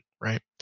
right